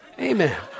Amen